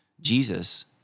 Jesus